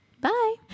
Bye